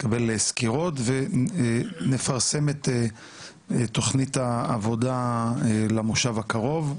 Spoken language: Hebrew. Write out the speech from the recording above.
נקבל סקירות ונפרסם את תוכנית העבודה למושב הקרוב,